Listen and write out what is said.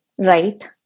Right